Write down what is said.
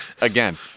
again